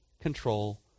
control